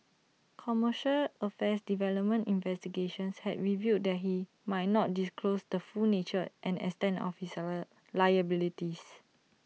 commercial affairs development investigations had revealed that he might not disclosed the full nature and extent of his salad liabilities